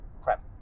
crap